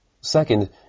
Second